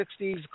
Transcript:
60s